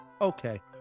Okay